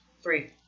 Three